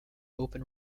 open